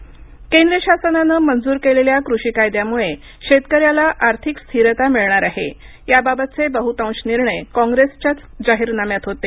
कव्हेकर केंद्र शासनानं मंजूर केलेल्या कृषी कायद्यामुळे शेतकऱ्याला आर्थिक स्थिरता मिळणार आहे याबाबतचे बहुतांश निर्णय काँग्रेसच्याच जाहीरनाम्यात होते